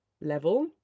level